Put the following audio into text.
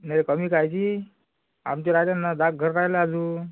नाही कमी कायची आमचे राहिले ना दहा एक घर राहिले अजून